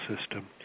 system